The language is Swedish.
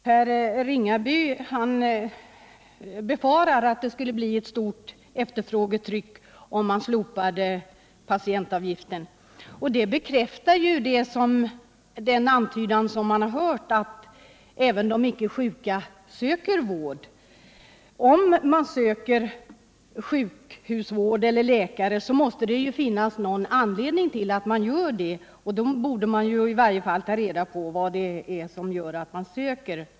Herr talman! Herr Ringaby befarar att det skulle bli ett stort efterfrågetryck, om man slopade patientavgiften. Det bekräftar ju den antydan som hörts, nämligen att även icke sjuka söker vård. Om man söker sjukhusvård eller läkare, måste det finnas någon anledning till att man gör det. Då borde vi också ta reda på orsakerna.